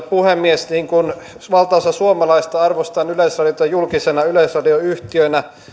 puhemies niin kuin valtaosa suomalaisista arvostan yleisradiota julkisena yleisradioyhtiönä